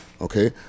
Okay